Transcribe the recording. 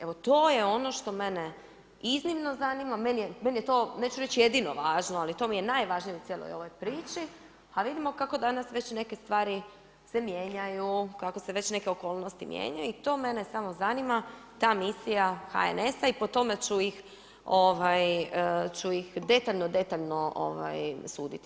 Evo to je ono što mene iznimno zanima, meni je to, neću reći jedino važno, ali to mi je najvažnije u cijeloj ovoj priči, a vidimo kako danas već neke stvari se mijenjaju, kakvo se već neke okolnosti mijenjaju i to mene samo zanima, ta misija HNS-a i po tome ću ih ovaj, detaljno, detaljno, ovaj, suditi.